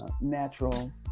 natural